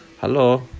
hello